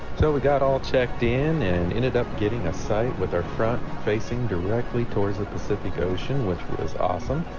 so we got all checked in and ended up getting a site with our front facing directly towards the pacific ocean, which was awesome